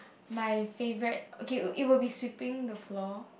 my favourite okay it would be sweeping the floor